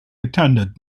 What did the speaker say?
attended